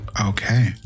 Okay